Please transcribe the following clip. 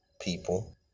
people